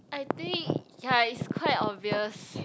I think ya it's quite obvious